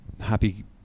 happy